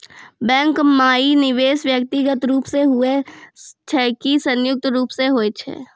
Bank माई निवेश व्यक्तिगत रूप से हुए छै की संयुक्त रूप से होय छै?